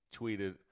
tweeted